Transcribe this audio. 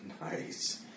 Nice